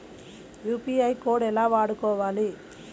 UPI code ఎలా వాడుకోవాలి?